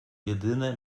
jedyne